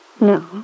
No